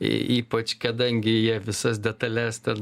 ypač kadangi jie visas detales ten